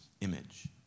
image